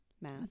Math